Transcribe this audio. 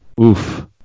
Oof